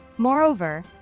Moreover